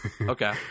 Okay